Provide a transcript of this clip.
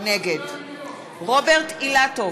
נגד רוברט אילטוב,